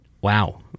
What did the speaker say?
Wow